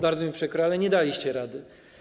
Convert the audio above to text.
Bardzo mi przykro, ale nie daliście rady.